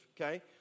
okay